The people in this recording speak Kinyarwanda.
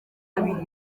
abiri